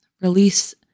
release